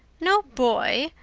no boy!